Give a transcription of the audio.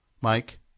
Mike